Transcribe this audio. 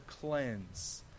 cleanse